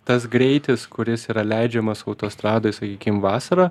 tas greitis kuris yra leidžiamas autostradoj sakykim vasarą